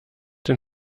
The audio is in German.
den